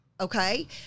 Okay